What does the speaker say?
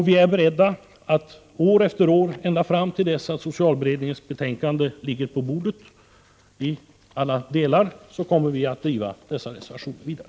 Vi är beredda att år efter år, ända fram till dess att socialberedningens betänkande i alla delar ligger på vårt bord, driva dessa reservationskrav vidare.